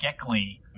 Geckley